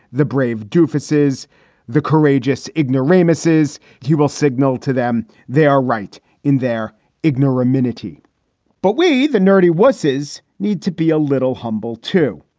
the brave doofus is the courageous ignoramuses who will signal to them they are right in their ignorance. minuti but we, the nerdy wusses, need to be a little humble, too.